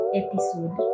episode